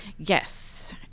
yes